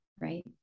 right